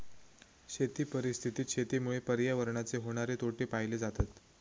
शेती परिस्थितीत शेतीमुळे पर्यावरणाचे होणारे तोटे पाहिले जातत